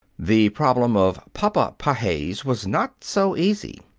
the problem of papa pages was not so easy.